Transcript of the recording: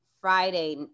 Friday